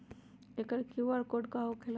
एकर QR code का होकेला?